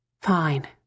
Fine